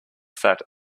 fat